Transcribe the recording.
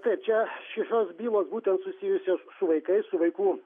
taip čia visos bylos būtent susijusios su vaikais su vaikų